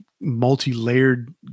multi-layered